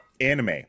anime